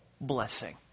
blessing